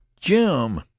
Jim